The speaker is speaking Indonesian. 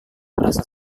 merasa